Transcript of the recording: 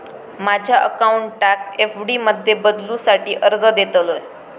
माझ्या अकाउंटाक एफ.डी मध्ये बदलुसाठी अर्ज देतलय